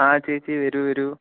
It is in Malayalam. ആ ചേച്ചി വരു വരൂ